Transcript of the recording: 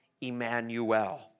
Emmanuel